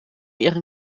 ihren